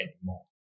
anymore